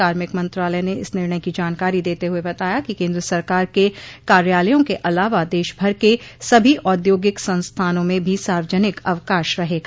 कार्मिक मंत्रालय ने इस निर्णय की जानकारी देते हुए बताया कि केन्द्र सरकार के कार्यालयों के अलावा देश भर के सभी औद्योगिक संस्थानों में भी सार्वजनिक अवकाश रहेगा